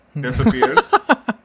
disappears